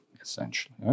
essentially